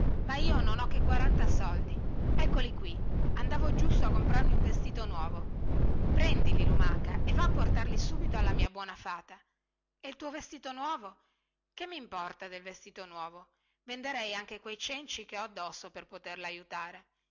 ma io non ho che quaranta soldi eccoli qui andavo giusto a comprarmi un vestito nuovo prendili lumaca e và a portarli subito alla mia buona fata e il tuo vestito nuovo che mimporta del vestito nuovo venderei anche questi cenci che ho addosso per poterla aiutare